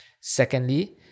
Secondly